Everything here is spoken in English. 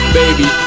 baby